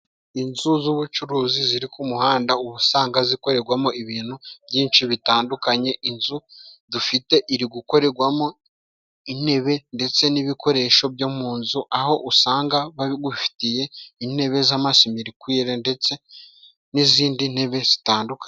Inzu z'ubucuruzi ziri ku muhanda uba usanga zikorerwamo ibintu byinshi bitandukanye. Inzu dufite iri gukoregwamo intebe ndetse n'ibikoresho byo mu nzu, aho usanga bagufitiye intebe z'amasimirikwire ndetse n'izindi ntebe zitandukanye.